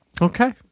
Okay